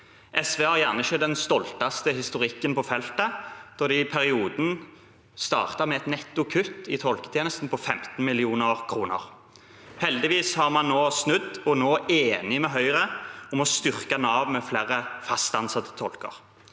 SV har kanskje ikke den stolteste historikken på feltet, da de i perioden startet med et netto kutt i tolketjenesten på 15 mill. kr. Heldigvis har man snudd og er nå enig med Høyre om å styrke Nav med flere fast ansatte tolker.